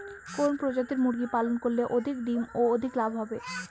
কোন প্রজাতির মুরগি পালন করলে অধিক ডিম ও অধিক লাভ হবে?